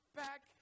back